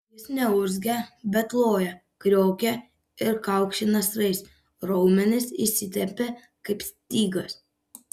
jis neurzgia bet loja kriokia ir kaukši nasrais raumenys įsitempia kaip stygos